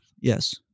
Yes